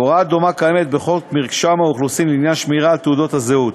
הוראה דומה קיימת בחוק מרשם האוכלוסין לעניין שמירה על תעודת הזהות.